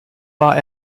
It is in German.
war